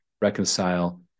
reconcile